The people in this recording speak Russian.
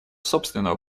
собственного